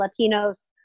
Latinos